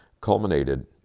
culminated